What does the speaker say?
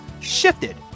shifted